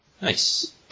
Nice